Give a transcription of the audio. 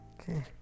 Okay